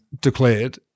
declared